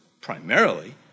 primarily